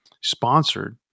sponsored